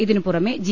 ഇതിന് പുറമെ ജി